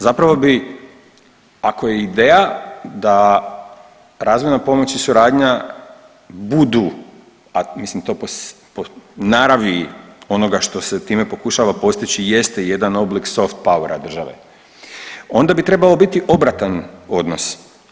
Zapravo bi ako je ideja da razvojna pomoć i suradnja budu, a mislim to po naravi onoga što se time pokušava postići jeste jedan oblik soft powera države onda bi trebao biti obratan odnos.